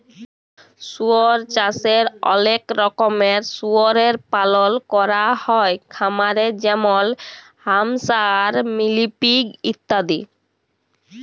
শুয়র চাষে অলেক রকমের শুয়রের পালল ক্যরা হ্যয় খামারে যেমল হ্যাম্পশায়ার, মিলি পিগ ইত্যাদি